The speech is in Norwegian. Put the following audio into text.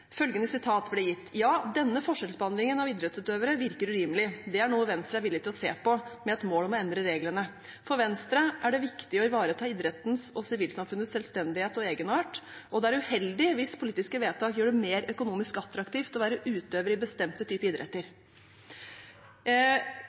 denne forskjellsbehandlingen av idrettsutøvere virker urimelig, og det er noe Venstre er villige til å se på med et mål om å endre reglene. For Venstre er det viktig å ivareta idrettens og sivilsamfunnets selvstendighet og egenart, og det er uheldig hvis politiske vedtak gjør det mer økonomisk attraktivt å være utøver i bestemte typer idretter.»